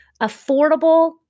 affordable